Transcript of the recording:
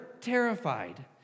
terrified